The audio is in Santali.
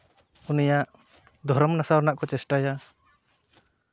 ᱩᱱᱤᱭᱟᱜ ᱫᱷᱚᱨᱚᱢ ᱱᱟᱥᱟᱣ ᱨᱮᱱᱟᱜ ᱠᱚ ᱪᱮᱥᱴᱟᱭᱟ